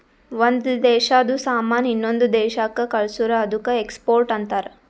ಒಂದ್ ದೇಶಾದು ಸಾಮಾನ್ ಇನ್ನೊಂದು ದೇಶಾಕ್ಕ ಕಳ್ಸುರ್ ಅದ್ದುಕ ಎಕ್ಸ್ಪೋರ್ಟ್ ಅಂತಾರ್